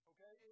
Okay